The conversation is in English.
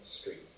Street